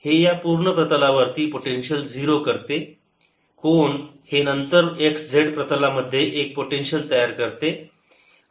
हे या पूर्ण प्रतलावरती पोटेन्शियल 0 करते कोण हे नंतर x z प्रतलामध्ये एक पोटेन्शियल तयार करते